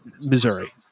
Missouri